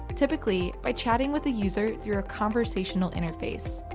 but typically by chatting with a user through a conversational interface.